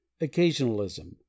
Occasionalism